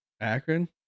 akron